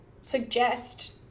suggest